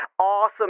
awesome